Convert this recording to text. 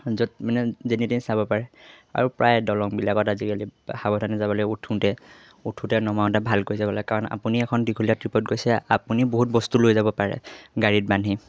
য'ত মানে যেনি তেনি চাব পাৰে আৰু প্ৰায় দলংবিলাকত আজিকালি সাৱধানে যাব লাগে উঠোঁতে উঠোঁতে নমাওঁতে ভালকৈ যাব লাগে কাৰণ আপুনি এখন দীঘলীয়া ট্ৰিপত গৈছে আপুনি বহুত বস্তু লৈ যাব পাৰে গাড়ীত বান্ধি